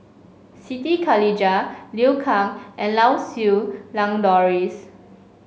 Siti Khalijah Liu Kang and Lau Siew Lang Doris